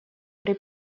при